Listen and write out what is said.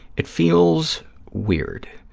it feels weird.